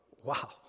Wow